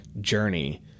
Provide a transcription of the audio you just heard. journey